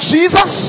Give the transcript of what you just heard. Jesus